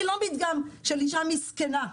אני לא מדגם של אישה מסכנה.